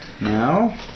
now